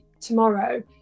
tomorrow